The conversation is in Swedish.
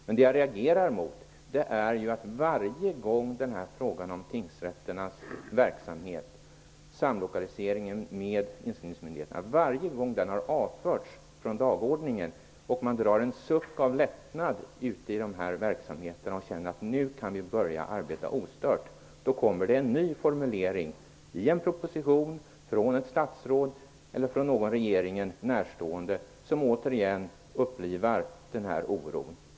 Men det jag reagerar mot är att varje gång frågan om tingsrätternas verksamhet och samlokalisering med inskrivningsmyndigheterna har avförts från dagordningen och man drar en suck av lättnad ute i verksamheterna och känner att man nu kan börja arbeta ostört, då kommer det en ny formulering i en proposition, från ett statsråd eller från någon regeringen närstående som återigen upplivar oron.